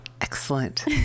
Excellent